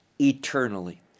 eternally